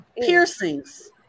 Piercings